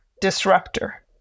disruptor